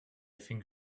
think